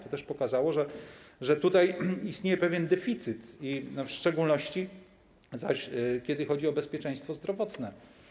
To też pokazało, że tutaj istnieje pewien deficyt, w szczególności zaś jeśli chodzi o bezpieczeństwo zdrowotne.